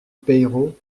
peiro